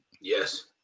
Yes